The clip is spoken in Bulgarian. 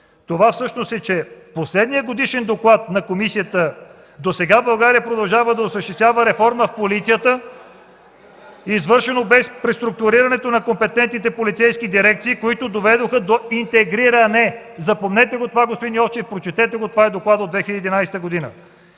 Йовчев, е последният годишен доклад на Комисията: „Досега България продължава да осъществява реформа в полицията, извършено бе преструктурирането на компетентните полицейски дирекции, които доведоха до интегриране.” Запомнете го това, господин Йовчев, прочетете го, това е докладът от 2011 г.!